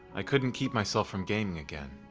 i couldn't keep myself from gaming again.